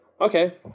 okay